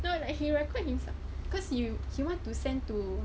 no like he record himself cause he he want to send to